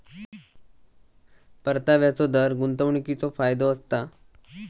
परताव्याचो दर गुंतवणीकीचो फायदो असता